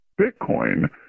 Bitcoin